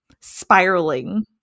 spiraling